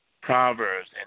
Proverbs